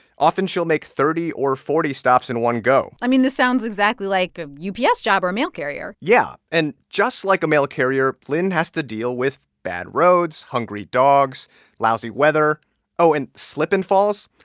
often, she'll make thirty or forty stops in one go i mean, this sounds exactly like a ups job or a mail carrier yeah. and just like a mail carrier, lynne has to deal with bad roads, hungry dogs, lousy weather oh, and slip and falls.